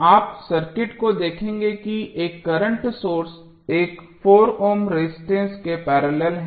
आप सर्किट को देखेंगे कि एक करंट सोर्स एक 4 ओम रेजिस्टेंस के पैरेलल है